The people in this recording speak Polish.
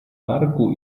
parku